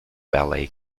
ballet